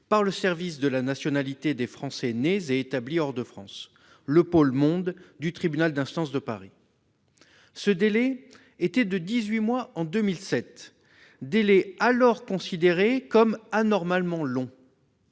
par le service de la nationalité des Français nés et établis hors de France, le pôle « monde » du tribunal d'instance de Paris ! Ce délai était de dix-huit mois en 2007 ; on le considérait alors déjà comme anormalement long.